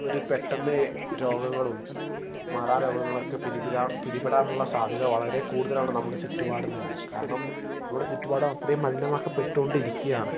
ഒരു പെട്ടെന്ന് രോഗങ്ങളും മാറാരോഗങ്ങളൊക്കെ പിടിപിടാം പിടിപെടാനുള്ള സാധ്യത വളരെ കൂടുതലാണ് നമ്മുടെ ചുറ്റുപാടും തന്നെ കാരണം നമ്മുടെ ചുറ്റുപാട് അത്രയും മലിനമാക്കപ്പെട്ടു കൊണ്ടിരിക്കാണ്